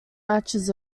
matches